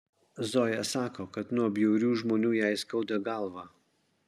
zoja sako kad nuo bjaurių žmonių jai skauda galvą